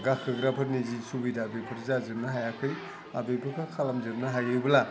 गाखोग्राफोरनि जि सुबिदा बेफोर जाजोबनाे हायाखै आरो बेफोरखौ खालामजोबनो हायोब्ला